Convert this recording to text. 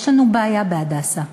יש לנו בעיה ב"הדסה".